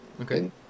Okay